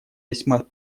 весьма